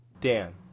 Dan